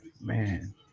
Man